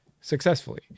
successfully